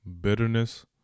bitterness